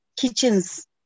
kitchens